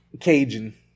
Cajun